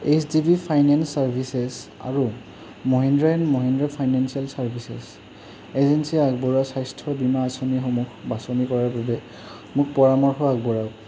H D B finance services আৰু Mahindra and Mahindra financial services এজেঞ্চিয়ে আগবঢ়োৱা স্বাস্থ্য বীমা আঁচনিসমূহ বাছনি কৰাৰ বাবে মোক পৰামৰ্শ আগবঢ়াওক